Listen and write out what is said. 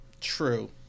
True